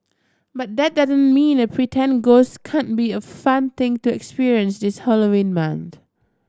but that doesn't mean a pretend ghost can't be a fun thing to experience this Halloween month